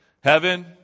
Heaven